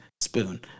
Spoon